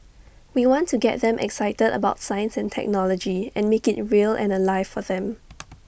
we want to get them excited about science and technology and make IT real and alive for them